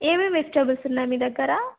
ఏమేం వెజిటబుల్స్ ఉన్నాయి మీ దగ్గర